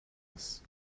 this